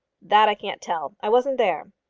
that i can't tell. i wasn't there.